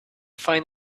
find